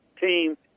team